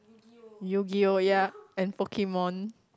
Yu-gi-oh yup and Pokemon